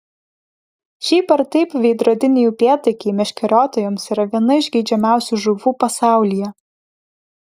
šiaip ar taip veidrodiniai upėtakiai meškeriotojams yra viena iš geidžiamiausių žuvų pasaulyje